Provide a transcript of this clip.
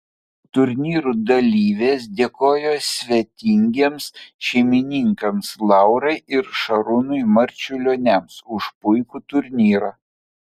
turnyrų dalyvės dėkojo svetingiems šeimininkams laurai ir šarūnui marčiulioniams už puikų turnyrą